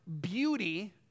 beauty